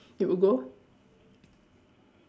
you would go